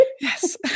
Yes